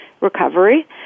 recovery